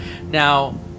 Now